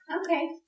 Okay